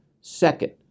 Second